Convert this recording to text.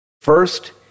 First